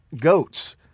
goats